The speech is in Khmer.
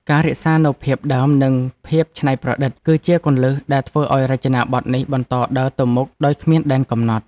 ការរក្សានូវភាពដើមនិងភាពច្នៃប្រឌិត គឺជាគន្លឹះដែលធ្វើឱ្យរចនាប័ទ្មនេះបន្តដើរទៅមុខដោយគ្មានដែនកំណត់។